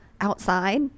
outside